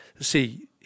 see